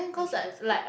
then she just quit